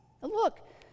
Look